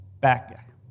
back